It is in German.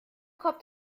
kommt